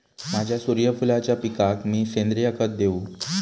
माझ्या सूर्यफुलाच्या पिकाक मी सेंद्रिय खत देवू?